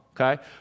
okay